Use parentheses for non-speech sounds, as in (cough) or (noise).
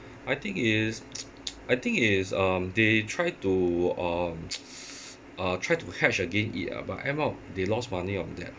I think it's (noise) I think it is um they tried to um (noise) uh try to hedge against it ah but end up they lost money on that